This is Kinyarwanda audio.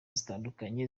zitandukanye